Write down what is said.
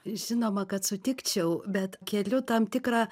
žinoma kad sutikčiau bet keliu tam tikrą